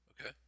Okay